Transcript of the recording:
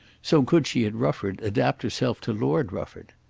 so could she at rufford adapt herself to lord rufford.